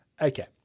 Okay